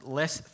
less